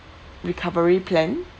recovery plan